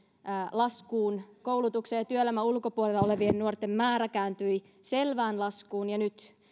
laskuun koulutuksen ja työelämän ulkopuolella olevien nuorten määrä kääntyi selvään laskuun ja nyt